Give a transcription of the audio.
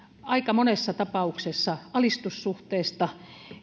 aika monessa tapauksessa alistussuhteesta